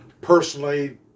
personally